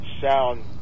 sound